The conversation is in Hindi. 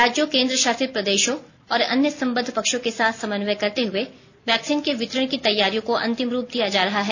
राज्यों केंद्रशासित प्रदेशों और अन्य संबद्ध पक्षों के साथ समन्वय करते हुए वैक्सीन के वितरण की तैयारियों को अंतिम रूप दिया जा रहा है